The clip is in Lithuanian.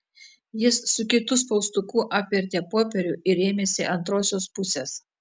jis su kitu spaustuku apvertė popierių ir ėmėsi antrosios pusės